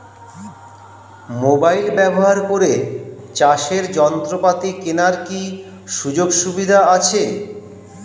Mobile ব্যবহার করে চাষের যন্ত্রপাতি কেনার কি সুযোগ সুবিধা আছে?